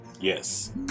Yes